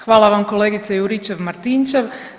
Hvala vam kolegice Juričev-Martinčev.